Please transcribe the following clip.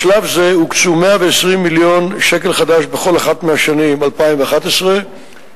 בשלב זה הוקצו 120 מיליון שקל בכל אחת מהשנים 2011 ו-2012,